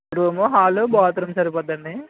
room hall bathroom సరిపోతుందా అండి